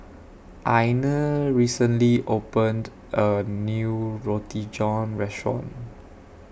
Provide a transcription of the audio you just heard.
Ina recently opened A New Roti John Restaurant